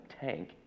tank